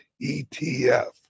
etf